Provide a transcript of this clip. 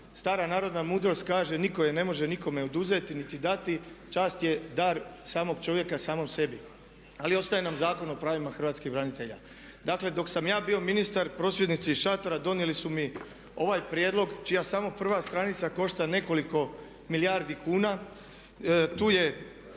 stara narodna mudrost kaže nitko je ne može nikome oduzeti niti dati, čast je dar samog čovjeka samom sebi. Ali ostaje nam Zakon o pravima hrvatskih branitelja. Dakle, dok sam ja bio ministar prosvjednici iz šatora donijeli su mi ovaj prijedlog čija samo prva stranica košta nekoliko milijardi kuna. Tu je